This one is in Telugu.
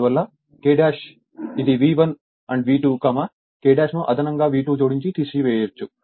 అందువల్ల K ఇది V1 V2 K ను అదనంగా V2 జోడించి తీసివేయవచ్చు